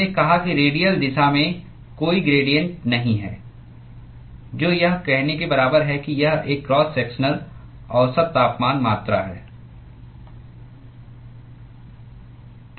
हमने कहा कि रेडियल दिशा में कोई ग्रेडिएंट नहीं है जो यह कहने के बराबर है कि यह एक क्रॉस सेक्शनल औसत तापमान मात्रा है